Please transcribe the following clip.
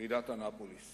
ועידת אנאפוליס